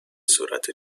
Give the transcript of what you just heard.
صورت